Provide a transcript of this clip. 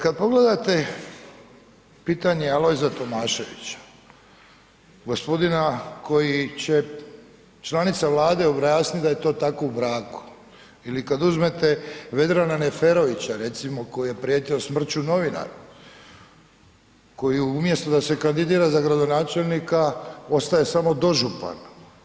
Kad pogledate pitanje Alojza Tomaševića, gospodina koji će, članica Vlade objasniti da je to tako u braku ili kada uzmete Vedrana Neferovića recimo koji je prijetio smrću novinaru koji umjesto da se kandidira za gradonačelnika ostaje samo dožupan.